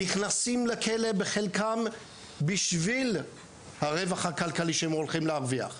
בחלקם נכנסים לכלא בשביל הרווח הכלכלי שהם הולכים להרוויח.